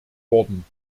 worden